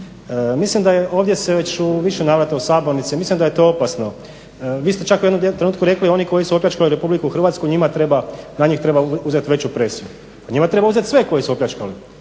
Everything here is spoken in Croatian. Mislim da se ovdje već u više navrata u sabornici mislim da je to opasno, vi ste čak u jednom trenutku rekli oni koji su opljačkali RH njima treba na njih treba uzeti veću presiju. Pa njima treba uzeti sve koji su opljačkali.